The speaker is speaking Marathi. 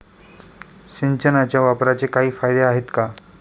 सिंचनाच्या वापराचे काही फायदे आहेत का?